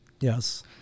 yes